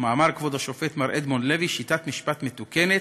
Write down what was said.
וכמאמר כבוד השופט מר אדמונד לוי: שיטת משפט מתוקנת,